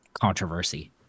controversy